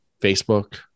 Facebook